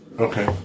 Okay